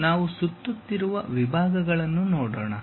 ಈಗ ನಾವು ಸುತ್ತುತ್ತಿರುವ ವಿಭಾಗಗಳನ್ನು ನೋಡೋಣ